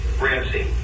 Ramsey